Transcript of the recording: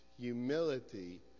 humility